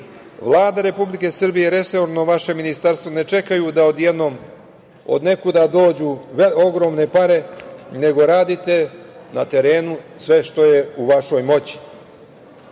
Vlada Republike Srbije i resorno vaše ministarstvo ne čekaju da odjednom odnekuda dođu ogromne pare, nego radite na terenu sve što je u vašoj moći. Zato